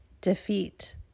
Defeat